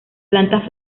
planta